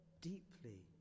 deeply